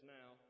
now